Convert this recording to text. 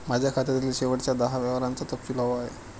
माझ्या खात्यातील शेवटच्या दहा व्यवहारांचा तपशील हवा आहे